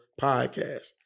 podcast